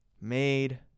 made